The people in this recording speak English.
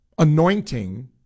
anointing